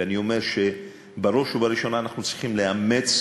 ואני אומר שבראש ובראשונה אנחנו צריכים לאמץ